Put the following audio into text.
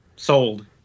Sold